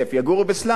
יגורו בסלאמס.